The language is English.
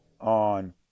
on